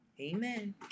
amen